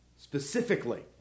Specifically